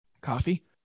Coffee